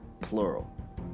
plural